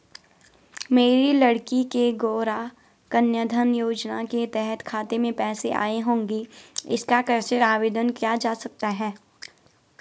मेरी लड़की के गौंरा कन्याधन योजना के तहत खाते में पैसे आए होंगे इसका कैसे आवेदन किया जा सकता है?